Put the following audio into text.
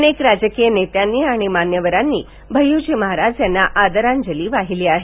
अनेक राजकीय नेत्यांनी आणि मान्यवरांनी भैय्जी महाराज यांना आदरांजली वाहिली आहे